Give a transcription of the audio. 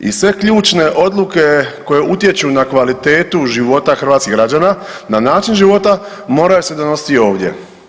I sve ključne odluke koje utječu na kvalitetu života hrvatskih građana na način života moraju se donositi ovdje.